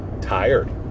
tired